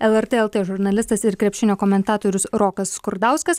lrt lt žurnalistas ir krepšinio komentatorius rokas skurdauskas